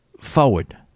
forward